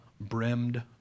brimmed